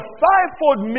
fivefold